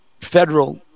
federal